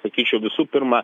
sakyčiau visų pirma